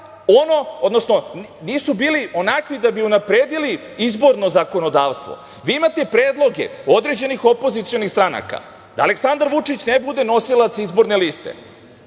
ono, odnosno nisu bili onakvi da bi unapredili izborno zakonodavstvo. Vi imate predloge određenih opozicionih stranaka da Aleksandar Vučić ne bude nosilac izborne liste,